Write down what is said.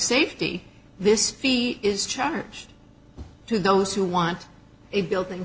safety this fee is charged to those who want a building